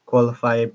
Qualify